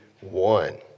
one